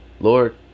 Lord